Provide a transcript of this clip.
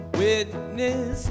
witness